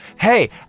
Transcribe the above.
hey